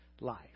life